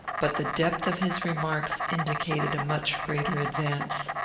but the depth of his remarks indicated a much greater advance.